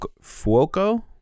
Fuoco